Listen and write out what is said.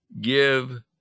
give